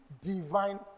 divine